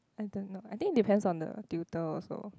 I don't know I think depends on the tutor also